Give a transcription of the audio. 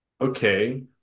okay